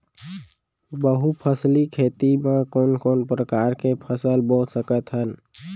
बहुफसली खेती मा कोन कोन प्रकार के फसल बो सकत हन?